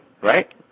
right